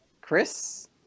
Chris